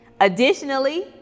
Additionally